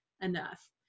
enough